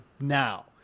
now